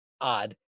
odd